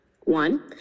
One